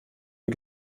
die